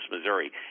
missouri